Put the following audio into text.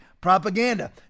propaganda